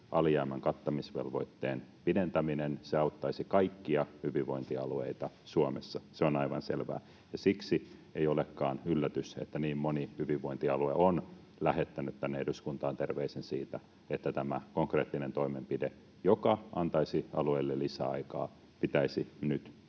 alijäämän kattamisvelvoitteen pidentäminen auttaisi kaikkia hyvinvointialueita Suomessa. Se on aivan selvää. Siksi ei olekaan yllätys, että niin moni hyvinvointialue on lähettänyt tänne eduskuntaan terveiset siitä, että tämä konkreettinen toimenpide, joka antaisi alueille lisäaikaa, pitäisi nyt